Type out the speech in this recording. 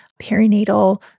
perinatal